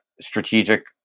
strategic